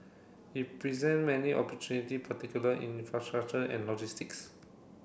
it present many opportunity particular in infrastructure and logistics